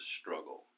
struggle